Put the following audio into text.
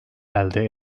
elde